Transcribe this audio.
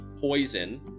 poison